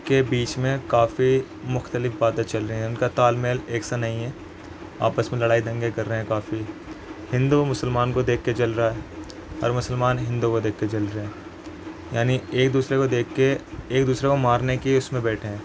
کے بیچ میں کافی مختلف باتیں چل رہی ہیں ان کا تال میل ایک سا نہیں ہے آپس میں لڑائی دنگے کر رہے ہیں کافی ہندو مسلمان کو دیکھ کے جل رہا ہے اور مسلمان ہندو کو دیکھ کے جل رہے ہیں یعنی ایک دوسرے کو دیکھ کے ایک دوسرے کو مارنے کے اس میں بیٹھے ہیں